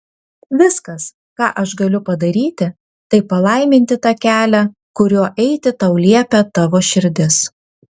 viskas ką aš galiu padaryti tai palaiminti tą kelią kuriuo eiti tau liepia tavo širdis